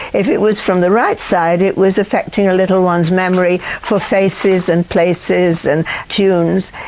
if it was from the right side it was affecting a little one's memory for faces and places and tunes,